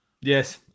yes